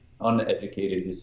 uneducated